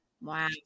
wow